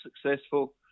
successful